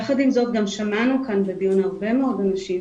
יחד עם זאת גם שמענו כאן בדיון הרבה מאוד אנשים